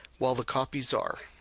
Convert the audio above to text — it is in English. while the copies are.